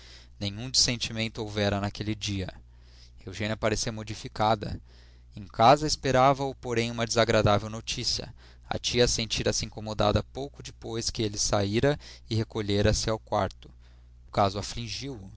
nenhum dissentimento houvera naquele dia eugênia parecia modificada em casa esperava-o porém uma desagradável notícia a tia sentira se incomodada pouco depois que ele saíra e recolhera-se ao quarto o caso afligiu o